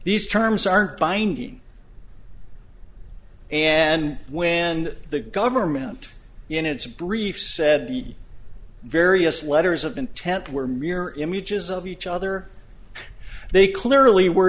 these terms aren't binding and when and the government in its brief said the various letters of intent were mere images of each other they clearly were